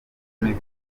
kumi